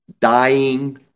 dying